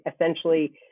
essentially